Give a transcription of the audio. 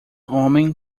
homem